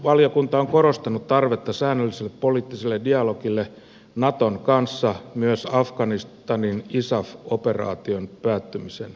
ulkoasiainvaliokunta on korostanut tarvetta säännölliselle poliittiselle dialogille naton kanssa myös afganistanin isaf operaation päättymisen jälkeen